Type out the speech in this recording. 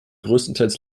größtenteils